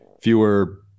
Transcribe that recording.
fewer